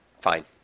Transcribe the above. fine